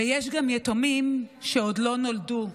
ויש גם יתומים שעוד לא נולדו,